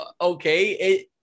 Okay